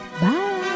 Bye